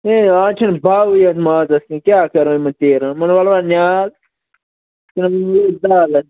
ہے اَز چھِنہٕ باوٕے حظ مازس کیٚںٛہہ کیٛاہ کَرو یِمن تیٖرَن یِمن والوا نیال